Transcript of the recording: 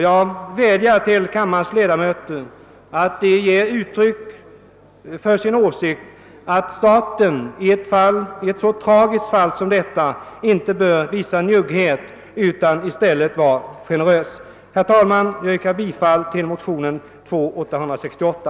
Jag vädjar till kammarens ledamöter att ge uttryck för sin åsikt, att staten i ett så tragiskt fall som detta inte bör visa njugghet utan i stället bör vara generös. Herr talman! Jag yrkar bifall till motionen II: 868.